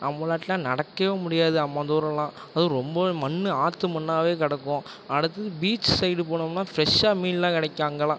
நம்மளாடலாம் நடக்கவே முடியாது அம்மோந்தூரம்லாம் அதுவும் ரொம்பவே மண்ணு ஆற்று மண்ணாவே கிடக்கும் அடுத்தது பீச் சைடு போனோம்னா ஃப்ரெஷ்ஷாக மீன்லாம் கிடைக்கும் அங்கேலாம்